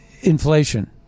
inflation